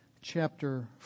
chapter